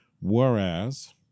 Whereas